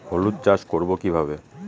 হলুদ চাষ করব কিভাবে?